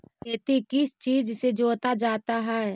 खेती किस चीज से जोता जाता है?